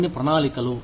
కొన్ని ప్రణాళికలు